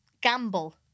Gamble